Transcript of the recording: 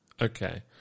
Okay